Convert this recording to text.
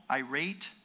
irate